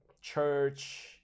church